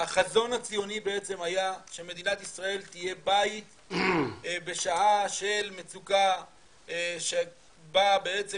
החזון הציוני בעצם היה שמדינת ישראל תהיה בית בשעה של מצוקה שבה בעצם